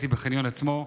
בחניון עצמו,